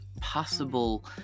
possible